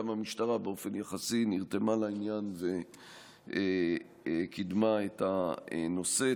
גם המשטרה באופן יחסי נרתמה לעניין וקידמה את הנושא.